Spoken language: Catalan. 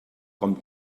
com